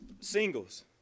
Singles